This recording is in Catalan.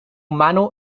mano